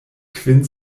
kvin